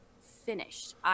finished